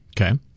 Okay